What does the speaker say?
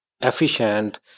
efficient